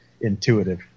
intuitive